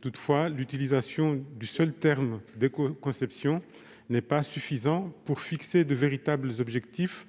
Toutefois, l'utilisation du seul terme « écoconception » n'est pas suffisante pour fixer de véritables objectifs